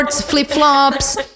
flip-flops